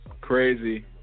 Crazy